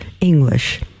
English